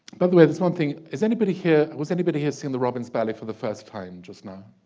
but the way this one thing is anybody here was anybody here seen the robbins ballet for the first time just now.